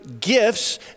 gifts